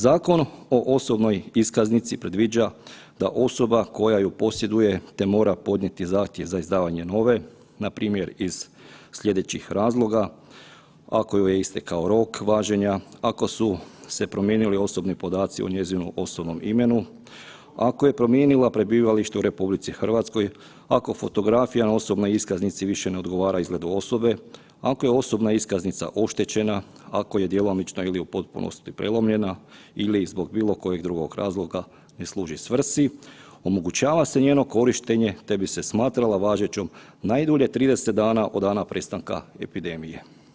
Zakon o osobnoj iskaznici predviđa da osoba koja ju posjeduje te mora podnijeti zahtjev za izdavanje nove npr. iz slijedećih razloga, ako joj je istekao rok važenja, ako su se promijenili osobni podaci o njezinom osobnom imenu, ako je promijenila prebivalište u RH, ako fotografija na osobnoj iskaznici više ne odgovara izgledu osobe, ako je osobna iskaznica oštećena, ako je djelomično ili u potpunosti prelomljena ili iz bilo kojeg drugog razloga ne služi svrsi, omogućava se njeno korištenje te bi se smatrala važećom najdulje 30 dana od dana prestanka epidemije.